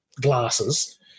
glasses